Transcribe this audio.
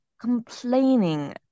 complaining